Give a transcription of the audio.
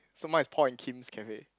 so mine is Paul and Kim's cafe